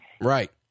Right